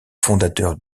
fondateur